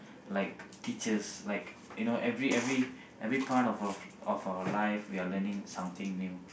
like teachers like you know every every every part of of of our life we are learning something new